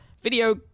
Video